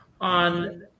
on